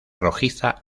rojiza